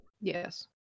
Yes